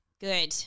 good